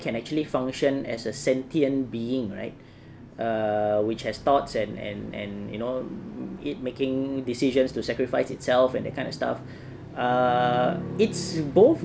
can actually function as a sentient being right err which has thoughts and and and you know it making decisions to sacrifice itself and that kind of stuff uh it's both